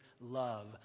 love